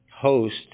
host